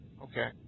Okay